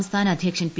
സംസ്ഥാന അധ്യക്ഷൻ പി